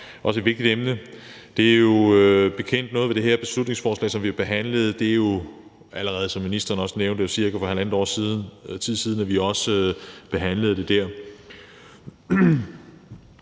også et vigtigt emne. Der er noget bekendt ved det her beslutningsforslag, som vi behandler; det er jo, som ministeren også nævnte, cirka halvandet års tid siden, vi behandlede et